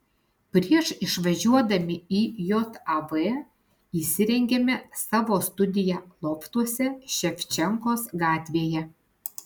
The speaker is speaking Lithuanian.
prieš išvažiuodami į jav įsirengėme savo studiją loftuose ševčenkos gatvėje